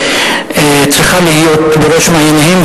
צריכה להיות בראש מעייניהן,